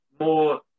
More